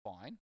fine